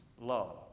love